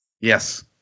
Yes